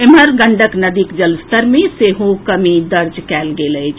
एम्हर गंडक नदीक जलस्तर मे सेहो कमी दर्ज कएल गेल अछि